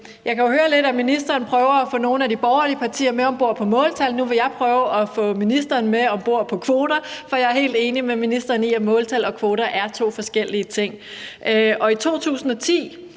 Jeg kan jo høre lidt, at ministeren prøver at få nogle af de borgerlige partier med om bord med hensyn til måltal, og nu vil jeg prøve at få ministeren med om bord med hensyn til kvoter, for jeg er helt enig med ministeren i, at måltal og kvoter er to forskellige ting.